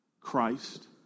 Christ